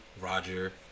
Roger